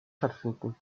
stattfinden